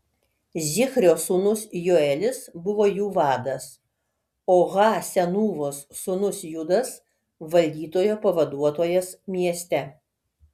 zichrio sūnus joelis buvo jų vadas o ha senūvos sūnus judas valdytojo pavaduotojas mieste